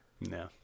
no